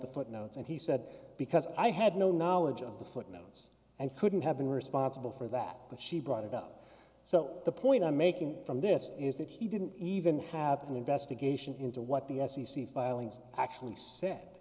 the footnotes and he said because i had no knowledge of the footnotes and couldn't have been responsible for that but she brought it up so the point i'm making from this is that he didn't even have an investigation into what the f c c filings actually said